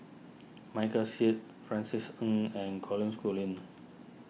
Michael Seet Francis Ng and Colin Schooling